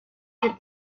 could